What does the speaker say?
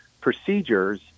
procedures